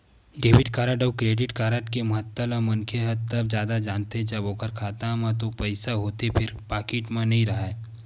debit card अउ credit card के महत्ता ल मनखे ह तब जादा जानथे जब ओखर खाता म तो पइसा होथे फेर पाकिट म नइ राहय